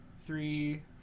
three